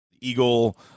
Eagle